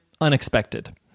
unexpected